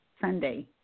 Sunday